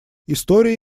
история